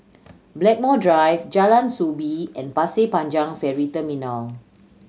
Blackmore Drive Jalan Soo Bee and Pasir Panjang Ferry Terminal